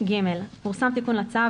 פורסם תיקון לצו,